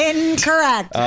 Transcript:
Incorrect